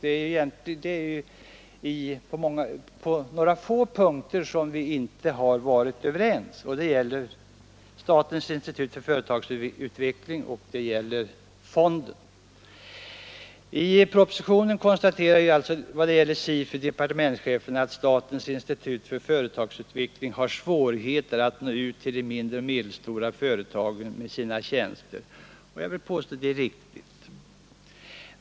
Det är på några få punkter vi inte har varit överens; det gäller statens institut för företagsutveckling — SIFU — och statens utvecklingsfond. I propositionen konstaterar departementschefen att SIFU har svårigheter att nå ut till de mindre och medelstora företagen med sina tjänster, och jag vill påstå att det är riktigt.